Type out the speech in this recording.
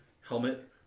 helmet